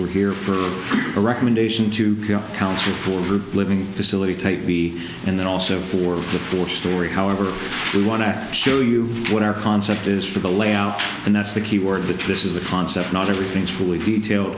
we're here for a recommendation to council for a living facility take b and then also for the four story however we want to show you what our concept is for the layout and that's the key word this is the concept not everything is for detail